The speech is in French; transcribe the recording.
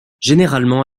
généralement